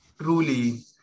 truly